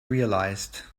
realized